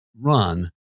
Run